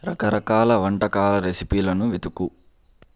రకరకాల వంటకాల రెసిపీలను వెతుకు